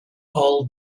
all